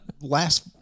last